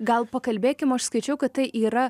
gal pakalbėkim aš skaičiau kad tai yra